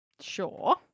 Sure